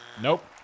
Nope